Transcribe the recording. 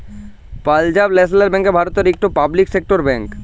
Punjab national bank ভারতের ইকট public sector bank